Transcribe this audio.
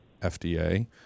FDA